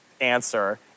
answer